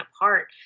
apart